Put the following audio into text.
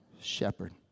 shepherd